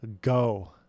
Go